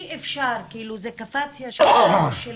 זה קפץ ישר לראש שלי.